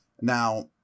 Now